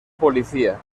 policía